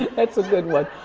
that's a good one.